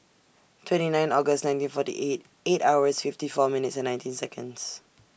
twenty nine August nineteen forty eight eight hours fifty four minutes and nineteen Seconds